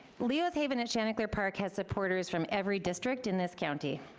leo's haven and chanticleer park has supporters from every district in this county,